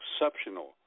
exceptional